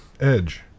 edge